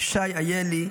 שי איילי,